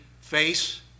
face